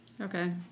Okay